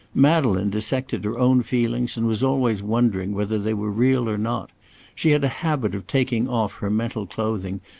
madeleine dissected her own feelings and was always wondering whether they were real or not she had a habit of taking off her mental clothing,